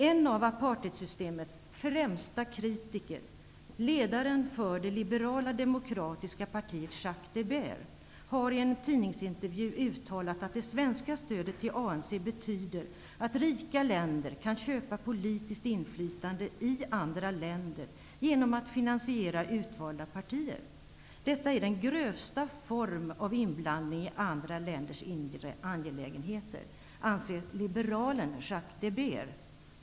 En av apartheidsystemets främsta kritiker, ledaren för det liberala demokratiska partiet Zach de Beer, har i en tidningsintervju uttalat att det svenska stödet till ANC betyder att rika länder kan köpa politiskt inflytande i andra länder genom att finansiera utvalda partier. Detta är den grövsta formen av inblandning i andra länders inre angelägenheter, anser liberalen Zach de Beer.